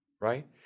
Right